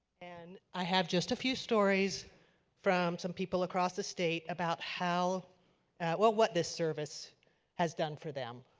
and i have just a fuse stories from some people across state about how what what this service has done for them,